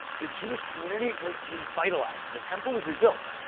the jewish community was revitalized and the temple was rebuilt.